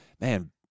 man